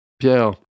Pierre